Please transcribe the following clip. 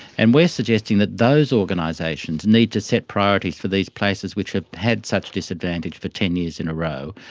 and we are suggesting that those organisations need to set priorities for these places which have had such disadvantage for ten years in a row,